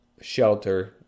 shelter